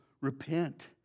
repent